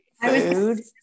food